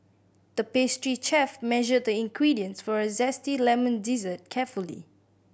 the pastry chef measured the ingredients for a zesty lemon dessert carefully